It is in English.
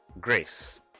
grace